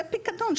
זה פיקדון,